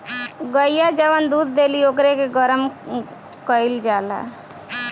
गइया जवन दूध देली ओकरे के गरम कईल जाला